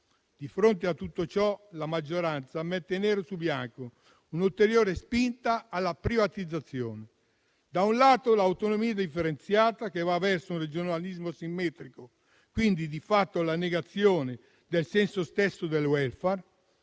Di fronte a tutto ciò, la maggioranza mette nero su bianco un'ulteriore spinta alla privatizzazione. Da un lato, l'autonomia differenziata che, va verso un regionalismo asimmetrico, quindi di fatto vi è la negazione del senso stesso del *welfare*;